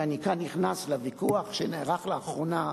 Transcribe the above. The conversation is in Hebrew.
ואני כאן נכנס לוויכוח שנערך לאחרונה,